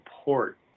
support